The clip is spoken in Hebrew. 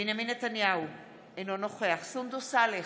בנימין נתניהו, אינו נוכח סונדוס סאלח,